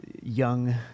young